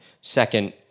Second